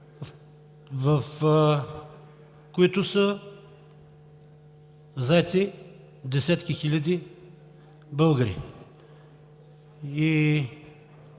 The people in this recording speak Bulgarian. които са заети десетки хиляди българи.